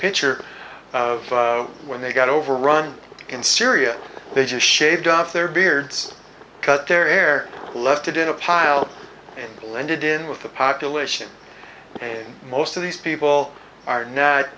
picture when they got overrun in syria they just shaved off their beards cut their hair left it in a pile and blended in with the population ok most of these people are no